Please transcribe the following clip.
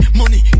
money